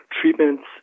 treatments